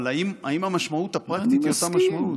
אבל האם המשמעות הפרקטית היא אותה משמעות?